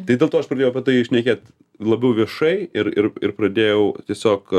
tai dėl to aš pradėjau apie tai šnekėt labiau viešai ir ir ir pradėjau tiesiog